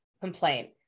complaint